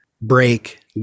break